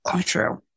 True